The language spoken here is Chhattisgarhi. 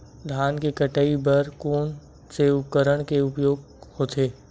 धान के कटाई बर कोन से उपकरण के उपयोग होथे?